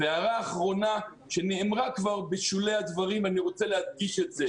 הערה אחרונה שנאמרה כבר בשולי הדברים אני רוצה להדגיש את זה.